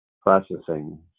processing